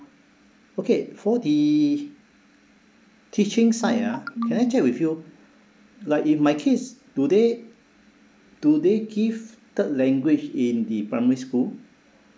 okay for the teaching side ah can I check with you like if my kids do they do they give third language in the primary school